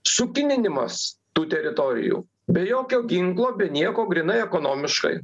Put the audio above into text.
sukininimas tų teritorijų be jokio ginklo be nieko grynai ekonomiškai